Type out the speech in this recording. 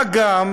מה גם